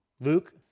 Luke